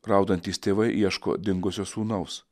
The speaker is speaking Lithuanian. raudantys tėvai ieško dingusio sūnaus